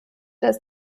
dass